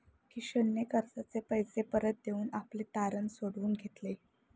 किशनने कर्जाचे पैसे परत देऊन आपले तारण सोडवून घेतले